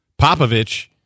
Popovich